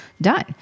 done